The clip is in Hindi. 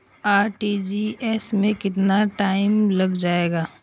आर.टी.जी.एस में कितना टाइम लग जाएगा?